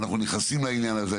אנחנו נכנסים לעניין הזה.